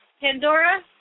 Pandora